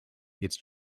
its